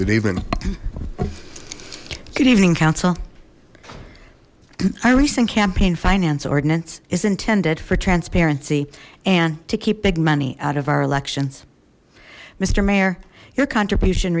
even good evening council our recent campaign finance ordinance is intended for transparency and to keep big money out of our elections mister mayor your contribution